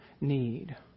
need